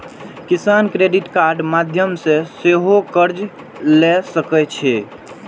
किसान क्रेडिट कार्डक माध्यम सं सेहो कर्ज लए सकै छै